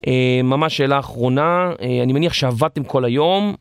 ממש שאלה אחרונה, אני מניח שעבדתם כל היום.